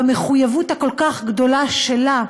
במחויבות הכל-כך גדולה שלה,